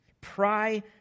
Pry